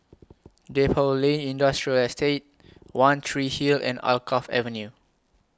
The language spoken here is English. Depot Lane Industrial Estate one Tree Hill and Alkaff Avenue